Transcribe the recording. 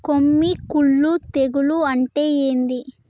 కొమ్మి కుల్లు తెగులు అంటే ఏంది?